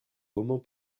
romans